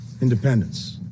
independence